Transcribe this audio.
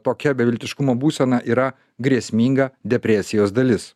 tokia beviltiškumo būsena yra grėsminga depresijos dalis